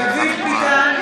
ביטן,